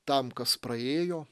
tam kas praėjo